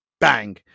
bang